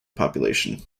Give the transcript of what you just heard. population